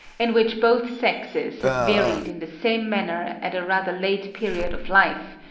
in which both sexes have varied in the same manner at a rather late period of life,